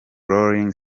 rolling